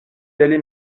aller